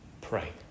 pray